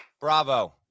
bravo